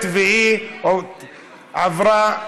עברה.